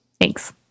Thanks